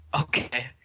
Okay